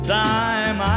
time